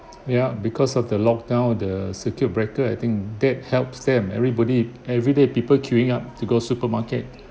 ya because of the locked down the circuit breaker I think that helps them everybody everyday people queuing up to go supermarket